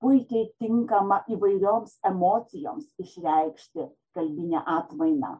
puikiai tinkama įvairioms emocijoms išreikšti kalbinę atmainą